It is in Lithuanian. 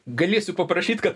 galėsiu paprašyt kad